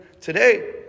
today